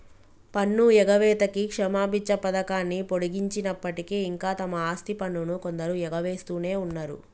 పన్ను ఎగవేతకి క్షమబిచ్చ పథకాన్ని పొడిగించినప్పటికీ ఇంకా తమ ఆస్తి పన్నును కొందరు ఎగవేస్తునే ఉన్నరు